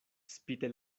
spite